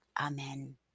Amen